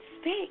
speak